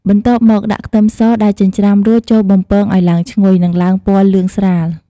បន្ទាប់មកដាក់ខ្ទឹមសដែលចិញ្រ្ចាំរួច ចូលបំពងឲ្យឡើងឈ្ងុយ និងឡើងពណ៌លឿងស្រាល។